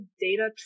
data